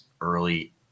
early